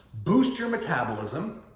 boost your metabolism.